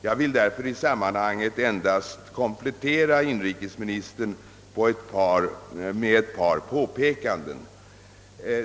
Jag vill därför i sammanhanget endast komplettera inrikesministerns anförande med ett par påpekanden.